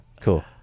cool